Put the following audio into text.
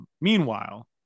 Meanwhile